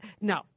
No